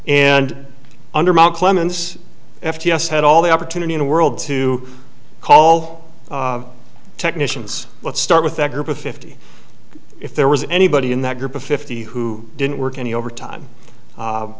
and under mount clemens f t s had all the opportunity in the world to call technicians let's start with a group of fifty if there was anybody in that group of fifty who didn't work any overtime